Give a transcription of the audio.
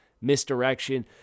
misdirection